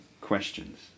questions